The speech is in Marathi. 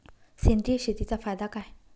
सेंद्रिय शेतीचा फायदा काय?